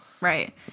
right